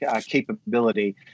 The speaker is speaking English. capability